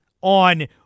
on